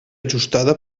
ajustada